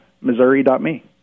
Missouri.me